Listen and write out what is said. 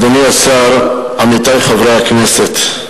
אדוני השר, עמיתי חברי הכנסת,